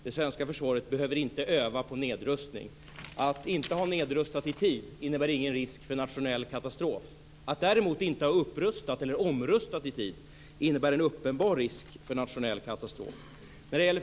Det svenska försvaret behöver inte öva på nedrustning. Att inte ha nedrustat i tid innebär ingen risk för nationell katastrof. Att däremot inte ha upprustat eller omrustat i tid innebär en uppenbar risk för nationell katastrof.